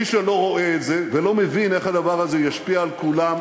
מי שלא רואה את זה ולא מבין איך הדבר הזה ישפיע על כולם,